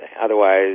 otherwise